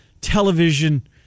television